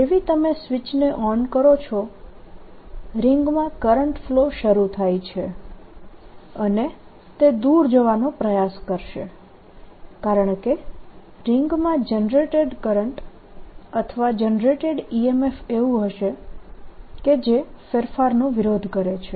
જેવી તમે સ્વિચને ઓન કરો છો રીંગમાં કરંટ ફલો શરૂ થાય છે અને તે દૂર જવાનો પ્રયાસ કરશે કારણકે રીંગમાં જનરેટેડ કરંટ અથવા જનરેટેડ EMF એવું હશે કે જે ફેરફારનો વિરોધ કરે છે